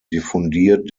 diffundiert